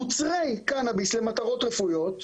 מוצרי קנאביס למטרות רפואיות,